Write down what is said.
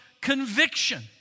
conviction